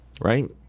Right